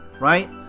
right